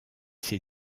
ses